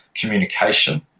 communication